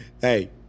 Hey